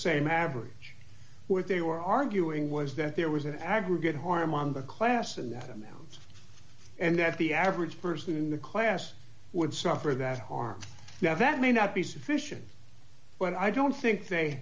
same average with they were arguing was that there was an aggregate harm on the class and that now and that the average person in the class would suffer that harm you have that may not be sufficient when i don't think they